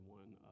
one